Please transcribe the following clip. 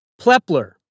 Plepler